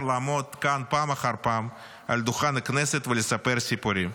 לעמוד כאן פעם אחר פעם על דוכן הכנסת ולספר סיפורים.